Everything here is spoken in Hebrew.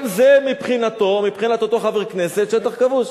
גם זה, מבחינתו, מבחינת אותו חבר כנסת, שטח כבוש.